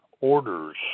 orders